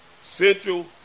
Central